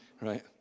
right